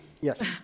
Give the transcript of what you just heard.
Yes